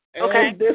Okay